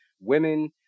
women